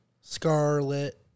Scarlet